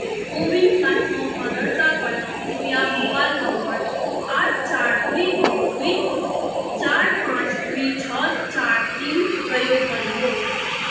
कोविन प्लेटफर्ममा दर्ता गर्न कृपया मोबाइल नम्बर आठ चार दुई दुई दुई चार पाँच दुई छ चार तिन प्रयोग गर्नु होस्